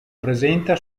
presenta